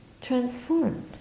transformed